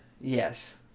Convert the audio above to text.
Yes